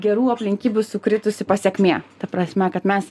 gerų aplinkybių sukritusi pasekmė ta prasme kad mes